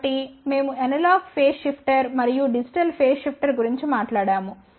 కాబట్టి మేము analog phase shifter మరియు డిజిటల్ ఫేజ్ షిఫ్టర్ గురించి మాట్లాడాము